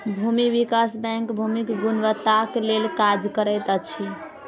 भूमि विकास बैंक भूमिक गुणवत्ताक लेल काज करैत अछि